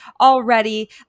already